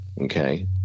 Okay